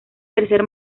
tercer